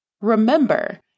Remember